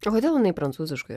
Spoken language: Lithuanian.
o kodėl jinai prancūziškai